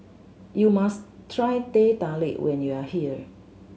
you must try Teh Tarik when you are here